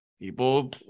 people